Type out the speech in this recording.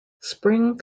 spring